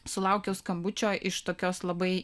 sulaukiau skambučio iš tokios labai